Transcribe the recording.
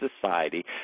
society